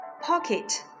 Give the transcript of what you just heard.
pocket